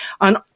on